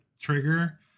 trigger